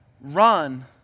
run